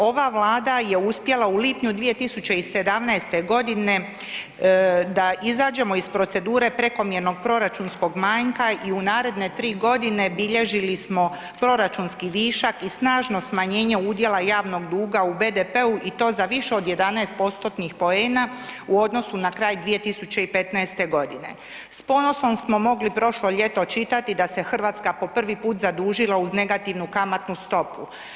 Ova Vlada je uspjela u lipnju 2017. g. da izađemo iz procedure prekomjernog proračunskog manjka i u naredbe 3 godine bilježili smo proračunski višak i snažno smanjenje udjela javnog duga u BDP-u i to za više od 11%-tnih poena u odnosu na kraj 2015. g. S ponosom smo mogli prošlo ljeto čitati da se Hrvatska po prvi put zadužila uz negativnu kamatnu stopu.